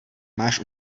máš